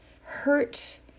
hurt